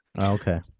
Okay